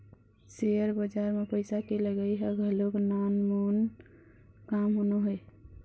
share बजार म पइसा के लगई ह घलोक नानमून काम नोहय